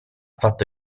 fatto